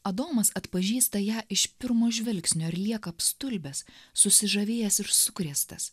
adomas atpažįsta ją iš pirmo žvilgsnio ir lieka apstulbęs susižavėjęs ir sukrėstas